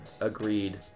agreed